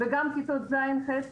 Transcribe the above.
וגם כיתות ז'-ח',